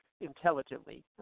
intelligently